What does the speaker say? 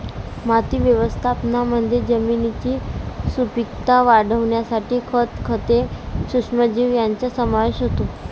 माती व्यवस्थापनामध्ये जमिनीची सुपीकता वाढवण्यासाठी खत, खते, सूक्ष्मजीव यांचा समावेश होतो